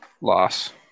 Loss